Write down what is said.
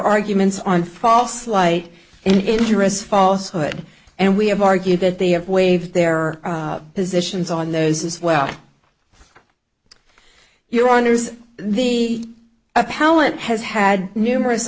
arguments on false light and interests falshood and we have argued that they have waived their positions on those as well your honour's the palin has had numerous